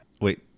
Wait